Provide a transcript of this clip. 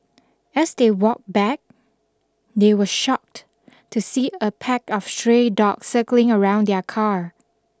as they walked back they were shocked to see a pack of stray dogs circling around their car